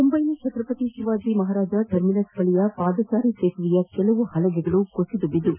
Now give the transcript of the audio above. ಮುಂದೈನ Chhatrapati Shivaji Maharaj terminus ಬಳಿಯ ಪಾದಚಾರಿ ಸೇತುವೆಯ ಕೆಲವು ಹಲಗೆಗಳು ಕುಸಿದು ಬಿದ್ದು